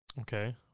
Okay